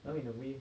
I mean in the way